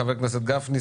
חברי הכנסת גפני,